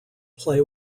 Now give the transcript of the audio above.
play